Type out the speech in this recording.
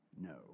No